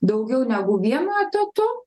daugiau negu vienu etatu